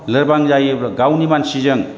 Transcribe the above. लोरबां जायो गावनि मानसिजों